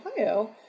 Ohio